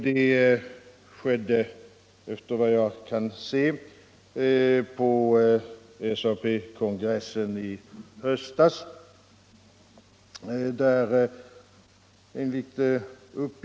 Det skedde, efter vad jag kan se, på SAP-kongressen i höstas.